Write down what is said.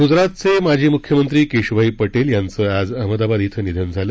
ग्जरातचे माजी म्ख्यमंत्री केश्भाई पटेल यांचं आज अहमदाबाद इथं निधन झालं